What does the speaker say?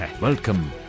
Welcome